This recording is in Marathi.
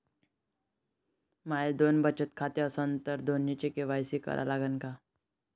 माये दोन बचत खाते असन तर दोन्हीचा के.वाय.सी करा लागन का?